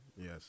Yes